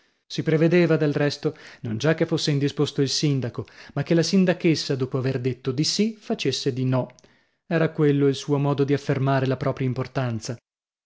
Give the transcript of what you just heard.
si prevedeva del resto non già che fosse indisposto il sindaco ma che la sindachessa dopo aver detto di sì facesse di no era quello il suo modo di affermare la propria importanza